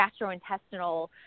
gastrointestinal